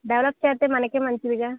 develop చేస్తే మనకు మంచిది